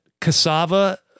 cassava